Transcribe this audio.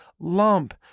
lump